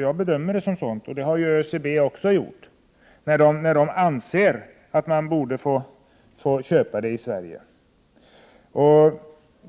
Jag bedömer det som så, och det har även ÖCB gjort när det anses att man borde få köpa tyget i Sverige. Man